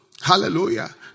Hallelujah